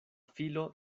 filo